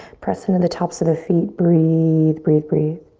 press into the tops of the feet, breathe, breathe, breathe.